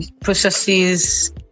processes